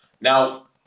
Now